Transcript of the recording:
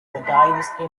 dynasty